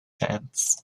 dance